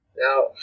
Now